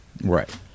Right